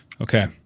Okay